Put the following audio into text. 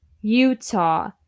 Utah